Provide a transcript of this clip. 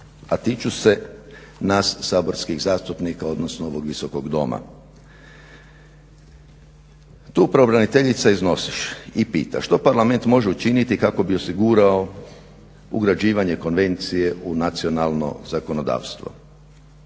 a tiču se nas saborskih zastupnika odnosno ovog visokog doma. Tu pravobraniteljica iznosi i pita što Parlament može učiniti kako bi osigurao ugrađivanje konvencije u nacionalno zakonodavstvo?